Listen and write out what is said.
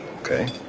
Okay